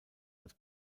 als